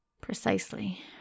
Precisely